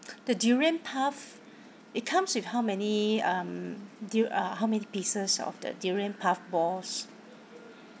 the durian puff it comes with how many um du~ uh how many pieces of the durian puff balls